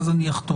ואז אני אחתום.